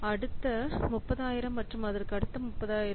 அடுத்த 30000 மற்றும் அதற்கடுத்த 30000